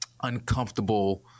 uncomfortable –